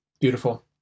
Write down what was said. Beautiful